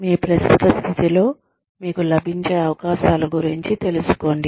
మీ ప్రస్తుత స్థితిలో మీకు లభించే అవకాశాల గురించి తెలుసుకోండి